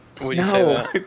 No